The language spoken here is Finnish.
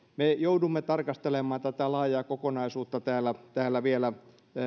me joudumme tarkastelemaan tätä laajaa kokonaisuutta täällä täällä vielä